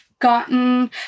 gotten